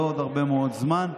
לא עוד הרבה מאוד זמן.